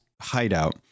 hideout